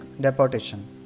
deportation